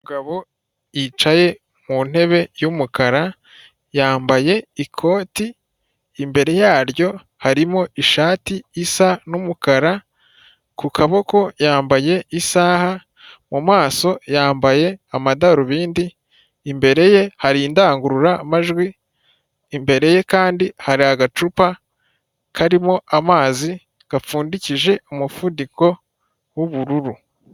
Umugabo yicaye mu ntebe y'umukara, yambaye ikoti, imbere yaryo harimo ishati isa n'umukara, ku kaboko yambaye isaha, mu maso yambaye amadarubindi, imbere ye hari indangururamajwi, imbere ye kandi hari agacupa karimo amazi gapfundikije umufuniko w'ubururu.